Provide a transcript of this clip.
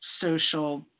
social